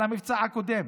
על המבצע הקודם.